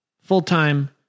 full-time